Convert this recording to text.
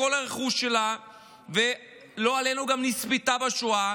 כל הרכוש שלה או לא עלינו גם נספתה בשואה,